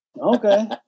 Okay